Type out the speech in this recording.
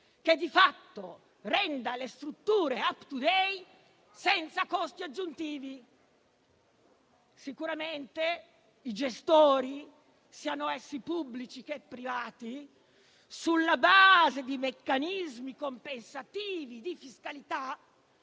che di fatto renda le strutture *up-to-date* senza costi aggiuntivi. Sicuramente i gestori, siano essi pubblici che privati, sulla base di meccanismi compensativi di fiscalità,